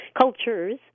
cultures